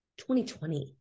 2020